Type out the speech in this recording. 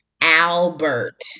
albert